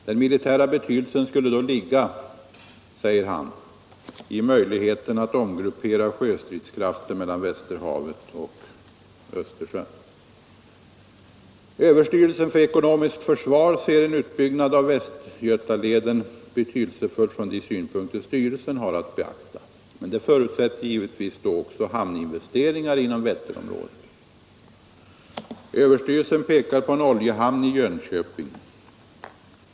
Den militära betydelsen skulle då ligga, säger han, i möjligheten att omgruppera sjöstridskrafter mellan Västerhavet och Östersjön. Överstyrelsen för ekonomiskt försvar ser en utbyggnad av Västgötaleden som betydelsefull från de synpunkter styrelsen har att beakta. Men det förutsätter givetvis också hamninvesteringar inom Vätterområdet. Överstyrelsen pekar på behovet av en oljehamn i Jönköping.